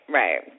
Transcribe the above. right